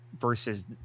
versus